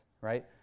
right